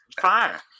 fire